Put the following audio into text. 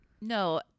No